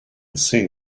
see